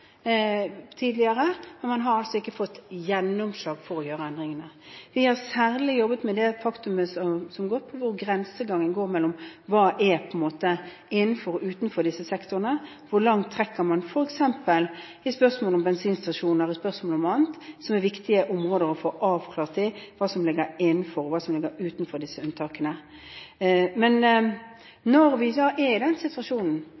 tidligere, men man har altså ikke fått gjennomslag for å gjøre endringene. Vi har særlig jobbet med det faktumet som angår hvor grensegangen går mellom hva som er utenfor og innenfor disse sektorene. Hvor langt trekker man grensen, f.eks. i spørsmålet om bensinstasjoner og andre områder det er viktig å få avklart, for hva som ligger innenfor og utenfor disse unntakene? Men når vi da er i den situasjonen,